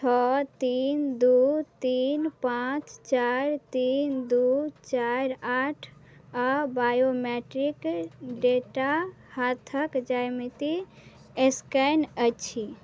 छओ तीन दुइ तीन पाँच चारि तीन दुइ चारि आठ आओर बायोमैट्रिक डेटा हाथके ज्यामिति एस्कैन अछि